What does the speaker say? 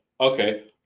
okay